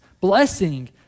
blessing